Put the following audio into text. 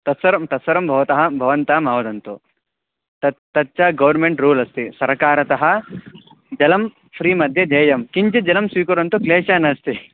तत्सर्वं तत्सर्वं भवतः भवन्तः मा वदन्तु तत् तच्च गौर्मेण्ट् रूल् अस्ति सरकारतः जलं फ़्री मध्ये देयं किञ्चित् जलं स्वीकुर्वन्तु क्लेशः नास्ति